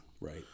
Right